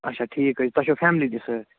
اَچھا ٹھیٖک حظ چھِ تۄہہِ چھَو فیملی تہِ سۭتۍ